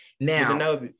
Now